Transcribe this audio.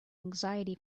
anxiety